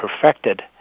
perfected